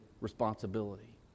responsibility